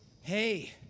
Hey